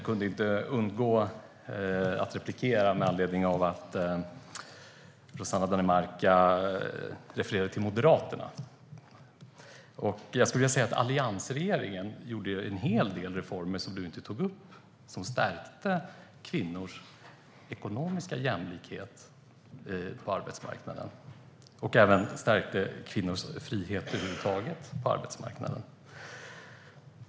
Herr talman! Med anledning av att Rossana Dinamarca refererade till Moderaterna kunde jag inte låta bli att ta replik. Jag skulle vilja säga att alliansregeringen gjorde en hel del reformer som stärkte kvinnors ekonomiska jämlikhet på arbetsmarknaden och som stärkte kvinnors frihet över huvud taget på arbetsmarknaden. Det tog Rossana Dinamarca inte upp.